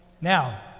Now